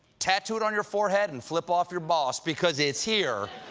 tattoo it on your forehead, and flip off your boss, because it's here.